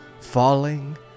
falling